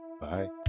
Bye